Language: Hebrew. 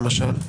למשל,